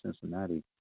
Cincinnati